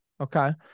Okay